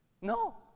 No